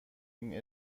این